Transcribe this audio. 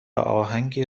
اهنگی